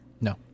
No